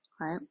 right